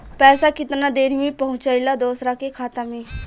पैसा कितना देरी मे पहुंचयला दोसरा के खाता मे?